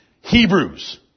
Hebrews